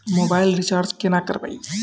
Mobile recharge केना करबै?